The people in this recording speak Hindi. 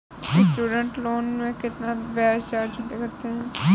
स्टूडेंट लोन में कितना ब्याज चार्ज करते हैं?